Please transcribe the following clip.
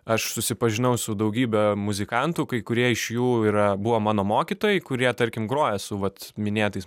aš susipažinau su daugybe muzikantų kai kurie iš jų yra buvo mano mokytojai kurie tarkim groja su vat minėtais